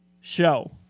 show